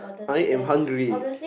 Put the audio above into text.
I am hungry